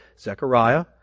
Zechariah